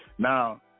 Now